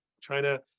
China